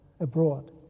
abroad